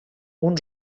uns